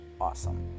awesome